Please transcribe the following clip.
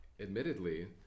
admittedly